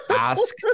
Ask